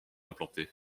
implanté